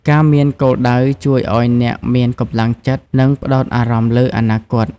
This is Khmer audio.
ការមានគោលដៅជួយឲ្យអ្នកមានកម្លាំងចិត្ត និងផ្តោតអារម្មណ៍លើអនាគត។